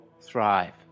thrive